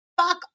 fuck